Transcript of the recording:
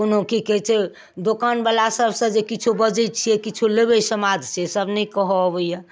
एहिमे की कहैत छै दोकान बला सब से जे किछु बजै छियै किछु लेबै समान से सब नहि कहऽ अबैए